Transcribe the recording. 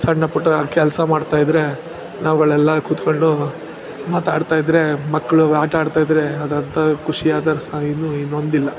ಸಣ್ಣ ಪುಟ್ಟ ಕೆಲಸ ಮಾಡ್ತಾಯಿದ್ದರೆ ನಾವುಗಳೆಲ್ಲ ಕುತ್ಕೊಂಡು ಮಾತಾಡ್ತಾಯಿದ್ದರೆ ಮಕ್ಕಳು ಆಟ ಆಡ್ತಾಯಿದ್ದರೆ ಅದಂಥ ಖುಷಿ ಆದರೂ ಸಹ ಇನ್ನು ಇನ್ನೊಂದಿಲ್ಲ